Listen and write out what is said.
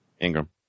Ingram